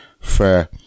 Fair